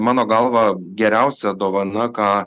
mano galva geriausia dovana ką